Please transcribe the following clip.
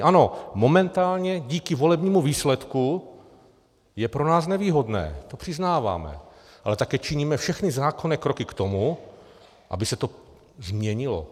Ano, momentálně díky volebnímu výsledku je pro nás nevýhodné, to přiznáváme, ale také činíme všechny zákonné kroky k tomu, aby se to změnilo.